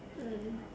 mm